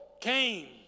came